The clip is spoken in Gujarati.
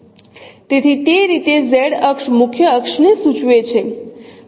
તેથી તે રીતે Z અક્ષ મુખ્ય અક્ષને સૂચવે છે